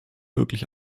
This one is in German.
wirklich